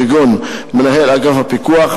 כגון מנהל אגף הפיקוח,